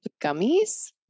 Gummies